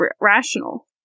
rational